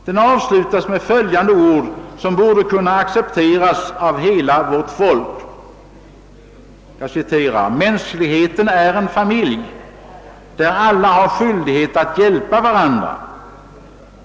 Den avslutas med följande ord, som borde kunna accepteras av hela vårt folk: »Mänskligheten är en familj, där alla har skyldighet att hjälpa varandra.